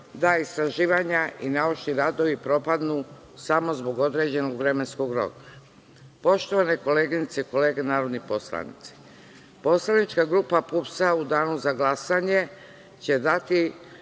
da istraživanja i naučni radovi propadnu samo zbog određenog vremenskog roka. Poštovane koleginice i kolege narodni poslanici, poslanička grupa PUPS u danu za glasanje će dati